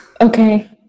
Okay